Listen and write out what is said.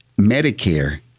Medicare